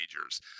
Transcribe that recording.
majors